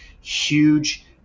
huge